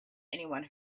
anyone